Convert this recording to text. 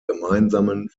gemeinsamen